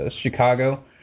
Chicago –